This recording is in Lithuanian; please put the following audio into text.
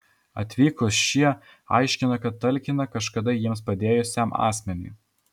atvykus šie aiškina kad talkina kažkada jiems padėjusiam asmeniui